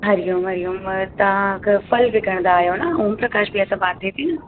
हरि ओम हरि ओम तव्हां हिकु फल विकिणंदा आहियो न ओम प्रकाश भैया सां बात थिए थी न